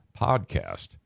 podcast